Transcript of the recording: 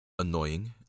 annoying